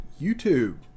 YouTube